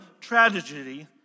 tragedy